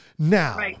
Now